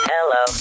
Hello